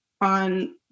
on